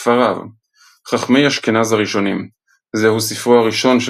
ספריו חכמי אשכנז הראשונים זהו ספרו הראשון של